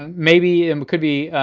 maybe, it could be